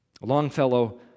Longfellow